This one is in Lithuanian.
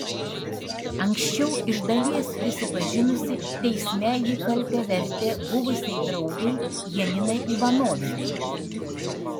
anksčiau iš dalies prisipažinusi teisme ji kaltę vertė buvusiai draugei janinai ivanovienei